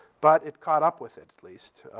but it caught up with it at least.